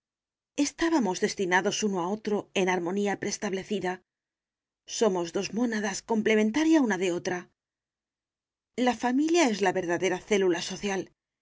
estábamos destinados uno a otro en armonía prestablecida somos dos mónadas complementaria una de otra la familia es la verdadera célula social